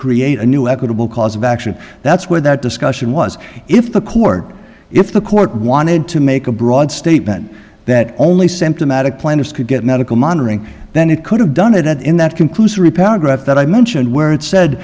create a new equitable cause of action that's where that discussion was if the court if the court wanted to make a broad statement that only symptomatic plaintiffs could get medical monitoring then it could have done it at in that conclusory paragraph that i mentioned where it said